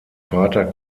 vater